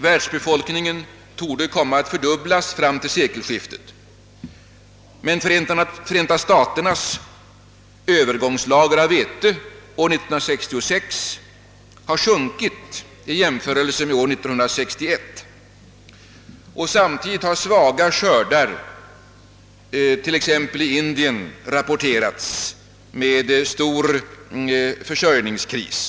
Världsbefolkningen torde komma att fördubblas fram till sekelskiftet, men Förenta staternas överskottslager av vete för år 1966 har sjunkit i jämförelse med 1961, och samtidigt har svaga skördar t.ex. i Indien rapporterats med stor försörjningskris som följd.